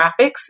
Graphics